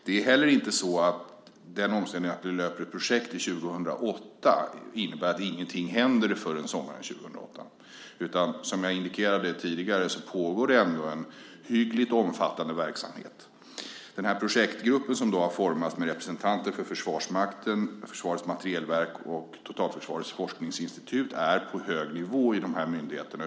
Det är inte så att den omständighet att projektet löper till 2008 innebär att ingenting händer förrän sommaren 2008. Som jag indikerade tidigare pågår det ändå en hyggligt omfattande verksamhet. Projektgruppen som har formats med representanter för Försvarsmakten, Försvarets materielverk och Totalförsvarets forskningsinstitut är på hög nivå - överdirektörsnivå - i de här myndigheterna.